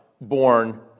born